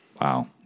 Wow